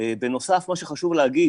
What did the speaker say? בנוסף מה שחשוב להגיד,